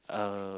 uh